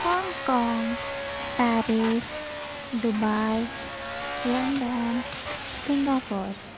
Hong Kong Paris Dubai London Singapore